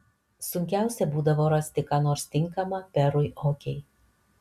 sunkiausia būdavo rasti ką nors tinkama perui okei